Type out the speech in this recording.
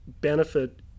benefit